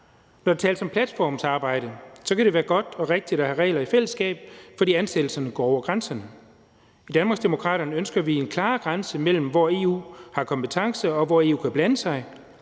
når der tales om platformsarbejde; så kan det være godt og rigtigt at have regler i fællesskab, fordi ansættelserne går over grænserne. I Danmarksdemokraterne ønsker vi en klarere grænse mellem, hvor EU har kompetencen, hvor EU kan blande sig,